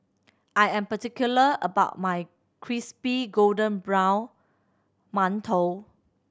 I am particular about my crispy golden brown mantou